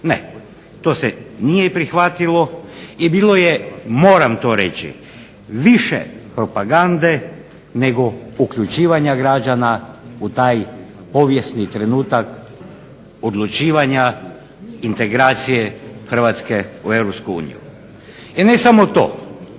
Ne, to se nije prihvatilo. I bilo je, moram to reći, više propagande nego uključivanja građana u taj povijesni trenutak odlučivanja integracije Hrvatske u EU. I ne samo to,